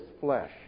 flesh